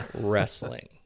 wrestling